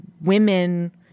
women